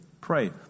Pray